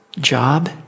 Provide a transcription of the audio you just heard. job